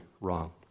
wrong